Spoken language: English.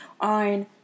on